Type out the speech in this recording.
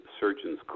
surgeon's